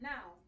Now